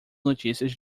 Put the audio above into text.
notícias